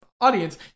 audience